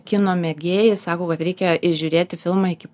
kino mėgėjai sako kad reikia įžiūrėti filmą iki